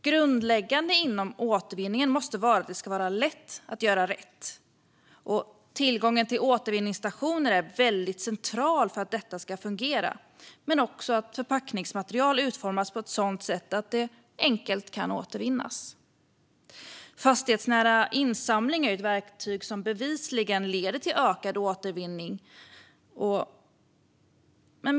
Grundläggande inom återvinningen måste vara att det ska vara lätt att göra rätt. Centralt för att detta ska fungera är tillgången till återvinningsstationer men också att förpackningsmaterial utformas på ett sådant sätt att det enkelt kan återvinnas. Fastighetsnära insamling är ett verktyg som bevisligen leder till ökad andel återvunnet material.